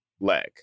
leg